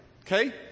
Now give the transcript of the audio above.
Okay